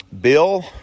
bill